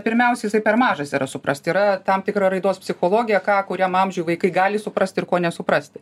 pirmiaus jisai per mažas yra suprast yra tam tikra raidos psichologija ką kuriam amžiuj vaikai gali suprast ir ko nesuprasti